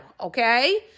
okay